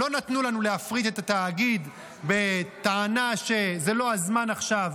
לא נתנו לנו להפריד את התאגיד בטענה שזה לא הזמן עכשיו,